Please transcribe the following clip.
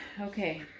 Okay